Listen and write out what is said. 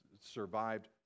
survived